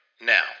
now